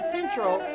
Central